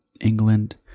England